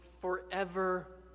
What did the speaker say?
forever